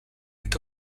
est